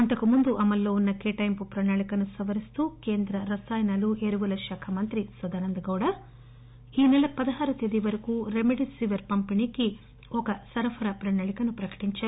అంతకుముందు అమల్లోవున్న కేటాయింపు ప్రణాళికను సవరిస్తూ కేంద్ర రసాయనాలు ఎరువులశాఖ మంత్రి సదానంద గౌడ ఈ నెల పదహారవ తేదీ వరకు రెమెడీస్ సిపెర్ పంపిణీకి ఒక సరఫరా ప్రణాళికను ప్రకటించారు